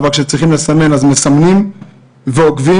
כשצריכים לסמן אז מסמנים ועוקבים,